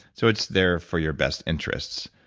so it's there for your best interests